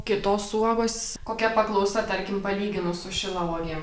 kitos uogos kokia paklausa tarkim palyginus su šilauogėm